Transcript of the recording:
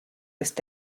ist